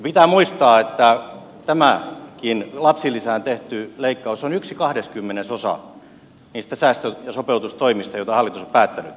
pitää muistaa että tämäkin lapsilisään tehty leikkaus on yksi kahdeskymmenesosa niistä säästö ja sopeutustoimista joista hallitus on päättänyt